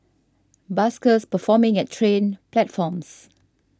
buskers performing at train platforms